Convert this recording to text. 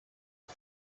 com